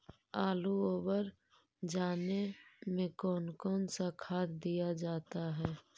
आलू ओवर जाने में कौन कौन सा खाद दिया जाता है?